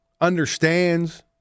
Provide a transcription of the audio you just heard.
understands